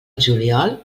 juliol